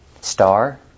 Star